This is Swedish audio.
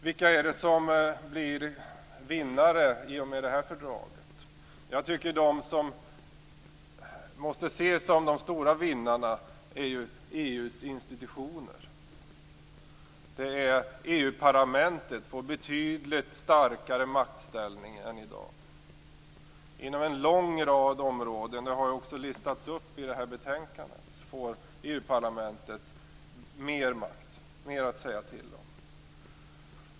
Vilka är det som blir vinnare i och med det här fördraget? Jag tycker att de som måste ses som de stora vinnarna är EU:s institutioner. EU-parlamentet får en betydligt starkare maktställning än i dag. Inom en lång rad områden - det har också listats i detta betänkande - får EU-parlamentet mer makt, mer att säga till om.